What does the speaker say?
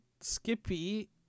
Skippy